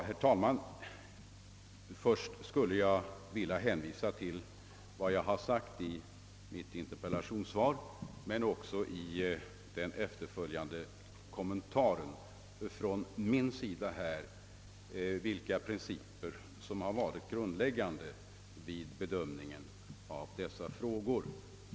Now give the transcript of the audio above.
Herr talman! Jag hänvisar till vad jag sagt i interpellationssvaret och i min efterföljande kommentar om de principer som varit grundläggande vid bedömningen av dessa frågor.